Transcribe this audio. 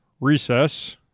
recess